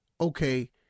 okay